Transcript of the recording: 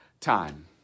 time